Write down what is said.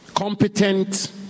competent